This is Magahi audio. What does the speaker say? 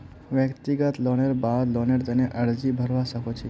व्यक्तिगत लोनेर बाद लोनेर तने अर्जी भरवा सख छि